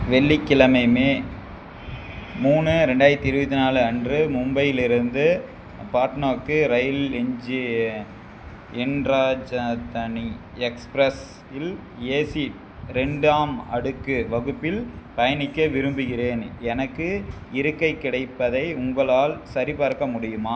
வெள்ளிக்கிழமை மே மூணு ரெண்டாயிரத்தி இருபத்தி நாலு அன்று மும்பையிலிருந்து பாட்னாவுக்கு ரயில் எஞ்சி என்றாஜதானி எக்ஸ்பிரஸில் ஏசி ரெண்டாம் அடுக்கு வகுப்பில் பயணிக்க விரும்புகின்றேன் எனக்கு இருக்கை கிடைப்பதை உங்களால் சரிபார்க்க முடியுமா